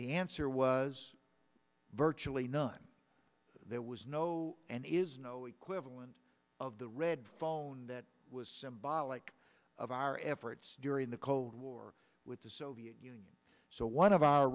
the answer was virtually none there was no and is no equivalent of the red phone that was symbolic of our efforts during the cold war with the soviet union so one of our